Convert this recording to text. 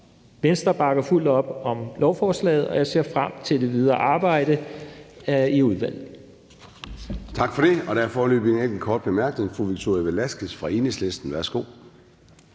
Venstre bakker fuldt ud op om lovforslaget, og jeg ser frem til det videre arbejde i udvalget.